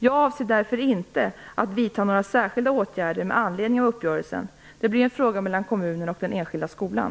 Jag avser därför inte att vidta några särskilda åtgärder med anledning av uppgörelsen. Det blir en fråga mellan kommunen och den enskilda skolan.